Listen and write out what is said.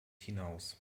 hinaus